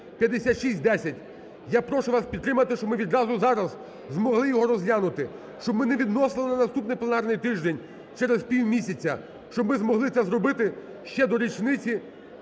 Я прошу вас підтримати, щоб ми відразу зараз змогли його розглянути, щоб ми не відносили на наступний пленарний тиждень через півмісяця, щоб ми змогли це зробити ще до річниці